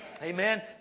Amen